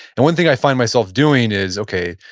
and one thing i'd find myself doing is, okay,